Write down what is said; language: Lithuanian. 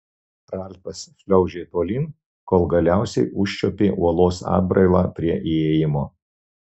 ralfas šliaužė tolyn kol galiausiai užčiuopė uolos atbrailą prie įėjimo